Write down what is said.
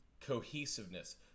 cohesiveness